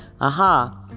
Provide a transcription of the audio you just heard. Aha